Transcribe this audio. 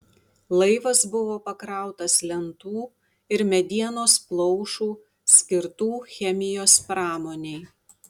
laivas buvo pakrautas lentų ir medienos plaušų skirtų chemijos pramonei